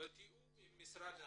בתיאום עם משרד הרווחה.